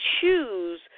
choose